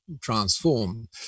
transform